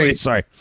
Sorry